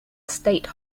state